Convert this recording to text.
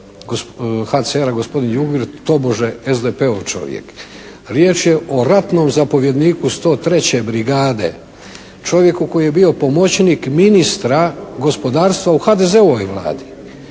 /Ne razumije se./ … tobože SDP-ov čovjek. Riječ je o ratnom zapovjedniku 103. brigade, čovjeku koji je bio pomoćnik ministra gospodarstva u HDZ-ovoj Vladi.